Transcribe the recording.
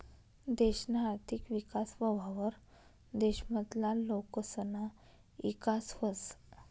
देशना आर्थिक विकास व्हवावर देश मधला लोकसना ईकास व्हस